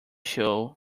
show